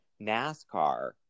NASCAR